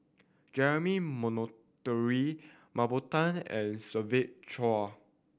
Jeremy Monteiro Mah Bow Tan and Siva Choy